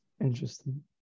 interesting